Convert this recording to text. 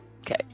Okay